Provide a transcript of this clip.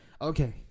okay